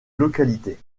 localité